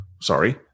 sorry